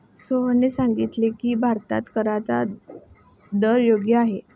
सोहनने सांगितले की, भारतात कराचा दर योग्य आहे